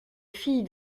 fille